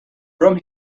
from